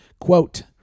quote